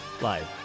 Live